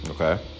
Okay